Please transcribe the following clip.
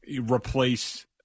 replace